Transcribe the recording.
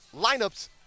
lineups